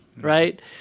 right